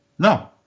No